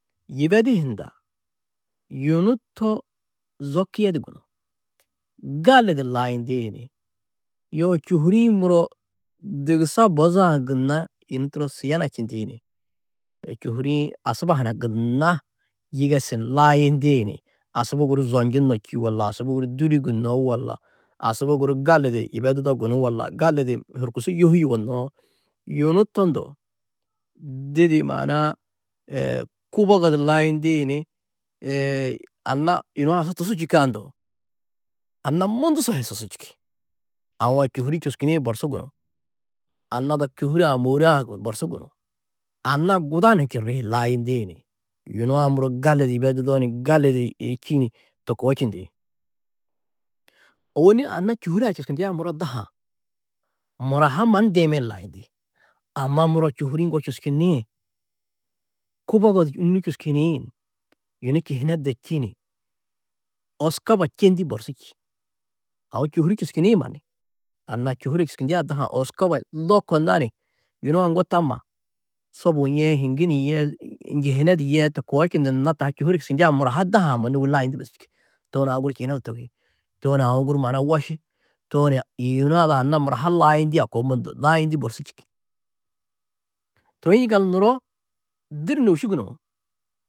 Yibedi hundã yunu too zo kiyedi gunú gali du layindi ni, yoo čôhuri-ĩ muro dugusa bozã gunna yunu turo šiyana čindi ni čôhuri-ĩ asuba hunã gunna yigesu ni layindi ni asubu guru zonjuno čî walla asubu guru dûli gunnó walla asubu guru gali di yibedudo gunú walla, gali di horkusu yohî yugonnoó yunu to ndo didi maana-ã kubogo di layindi ni anna yunu a su tusu čîkã ndo anna mundu sohi tusu čîki, aũ a čôhuri čusčinĩ borsu gunú, anna ada čôhure-ã môoreã borsu gunú, anna guda ni čirri hi layindi ni yunu a muro gali di yibedudo ni gali di čî ni to koo čindi, ôwonni anna čôhure-ã čusčindiã mura daha mura ha mannu deiman layindi, amma muro čôhuri-ĩ ŋgo čusčinĩ kubogo di ûnnu čusčini ni, yunu čihinedo čîn, oskoba čendî borsu čî, aũ čôhuri čusčinĩ mannu anna čôhure čusčindiã daha-ã oskoba lôko nani yunu a ŋgo tamma sobuũ yee hiŋgunu yee njihinedu yee too ko čundu anna taa čôhure čusčindiã mura ha daha-ã ha mannu ôwonni layindî bes čûo, tooni aũ guru čihinedo tohi tooni aũ guru maana-ã woši, tooni yina ada tani anna mura ha layindî borsu čîki toi yiŋgaldu nuro didi nôuši gunuú.